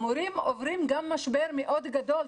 המורים עוברים גם משבר מאוד גדול.